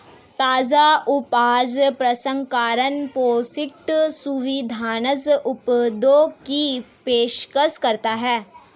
ताजा उपज प्रसंस्करण पौष्टिक, सुविधाजनक उत्पादों की पेशकश करता है